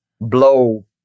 blow